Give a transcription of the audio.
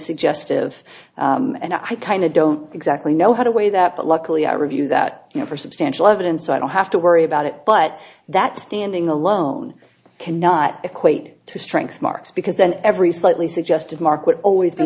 suggestive and i kind of don't exactly know how to weigh that but luckily i reviewed that you know for substantial evidence so i don't have to worry about it but that standing alone cannot equate to strength marks because then every slightly suggested mark would always be